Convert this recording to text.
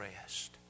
rest